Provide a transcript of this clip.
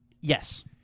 Yes